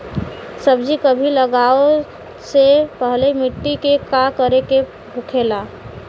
सब्जी कभी लगाओ से पहले मिट्टी के का करे के होखे ला?